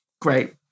Great